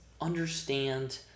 understand